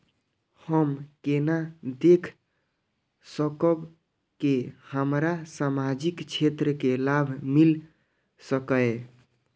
हम केना देख सकब के हमरा सामाजिक क्षेत्र के लाभ मिल सकैये?